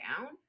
down